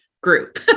group